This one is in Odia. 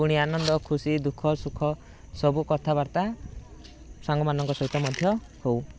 ପୁଣି ଆନନ୍ଦ ଖୁସି ଦୁଃଖ ସୁଖ ସବୁ କଥାବାର୍ତ୍ତା ସାଙ୍ଗମାନଙ୍କ ସହିତ ମଧ୍ୟ ହଉ